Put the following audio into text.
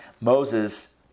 Moses